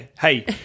Hey